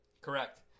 Correct